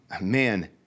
Man